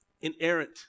Inerrant